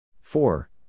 Four